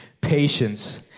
patience